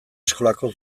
eskolako